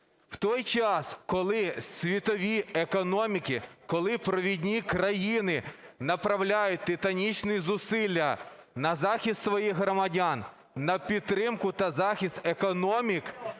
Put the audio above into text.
В той час, коли світові економіки, коли провідні країни направляють титанічні зусилля на захист своїх громадян, на підтримку та захист економік,